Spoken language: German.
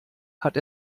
hat